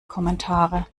kommentare